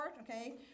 okay